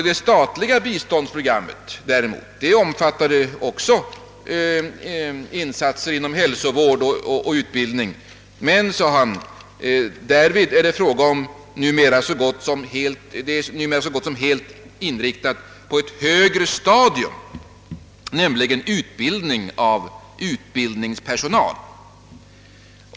Det statliga biståndsprogrammet sades däremot omfatta insatser inom hälsovård och utbildning, insatser som enligt hans mening numera var så gott som helt inriktade på ett högre stadium, nämligen »utbildning av utbildningspersonal».